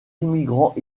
immigrants